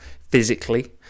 physically